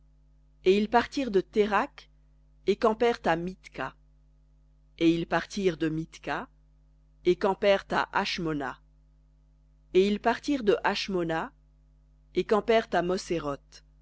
et ils partirent de thérakh et campèrent à mk et ils partirent de mithka et campèrent à as mena et ils partirent de hashmona et campèrent à